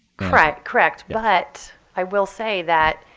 correct, correct. but i will say that